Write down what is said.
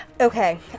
Okay